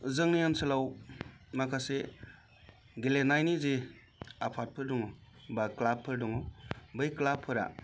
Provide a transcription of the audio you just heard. जोंनि ओनसोलाव माखासे गेलेनायनि जे आफादफोर दङ बा क्लाबफोर दङ बै क्लाबफोरा